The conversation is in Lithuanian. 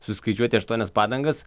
suskaičiuoti aštuonias padangas